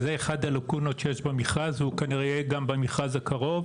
זה אחת הלקונות שיש במכרז והוא כנראה יהיה גם במכרז הקרוב.